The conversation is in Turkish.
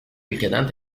ülkeden